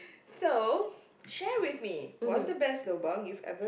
so share with me what's the best lobang you've ever